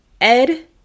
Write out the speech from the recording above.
ed